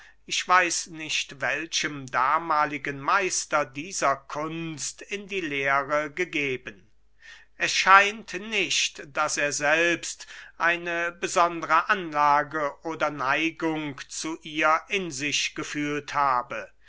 ich weiß nicht welchem damahligen meister dieser kunst in die lehre gegeben es scheint nicht daß er selbst eine besondere anlage oder neigung zu ihr in sich gefühlt habe